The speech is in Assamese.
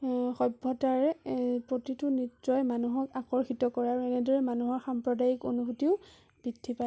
সভ্যতাৰ প্ৰতিটো নৃত্যই মানুহক আকৰ্ষিত কৰে আৰু এনেদৰে মানুহৰ সাম্প্ৰদায়িক অনুভূতিও বৃদ্ধি পায়